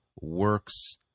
works